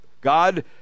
God